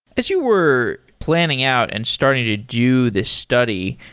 as you were planning out and starting to do this study,